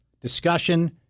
discussion